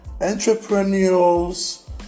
entrepreneurs